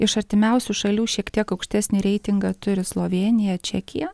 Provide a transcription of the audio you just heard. iš artimiausių šalių šiek tiek aukštesnį reitingą turi slovėnija čekija